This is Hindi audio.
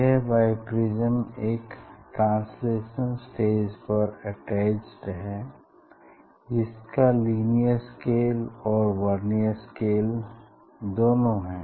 यह बाइप्रिज्म एक ट्रांसलेशनल स्टेज पर अटैच्ड है जिसका लीनियर स्केल और वेर्नियर स्केल दोनों हैं